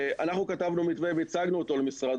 אנחנו כתבנו מתווה והצגנו אותו למשרד